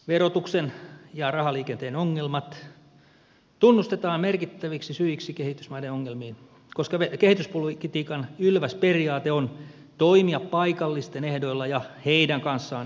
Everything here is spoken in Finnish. verotuksen ja rahaliikenteen ongelmat tunnustetaan merkittäviksi syiksi kehitysmaiden ongelmiin koska kehityspolitiikan ylväs periaate on toimia paikallisten ehdoilla ja heidän kanssaan yhteistyössä